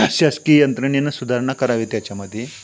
शासकीय यंत्रणेनं सुधारणा करावी त्याच्यामध्ये